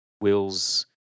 Will's